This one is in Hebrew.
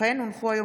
אורנה